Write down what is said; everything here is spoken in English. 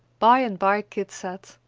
by and by kit said,